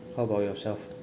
how about yourself